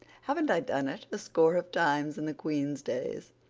haven't i done it a score of times in the queen's days?